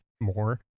more